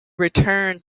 returned